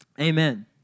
amen